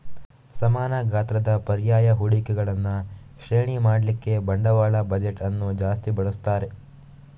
ಸಮಾನ ಗಾತ್ರದ ಪರ್ಯಾಯ ಹೂಡಿಕೆಗಳನ್ನ ಶ್ರೇಣಿ ಮಾಡ್ಲಿಕ್ಕೆ ಬಂಡವಾಳ ಬಜೆಟ್ ಅನ್ನು ಜಾಸ್ತಿ ಬಳಸ್ತಾರೆ